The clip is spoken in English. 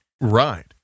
Right